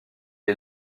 est